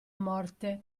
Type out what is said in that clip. morte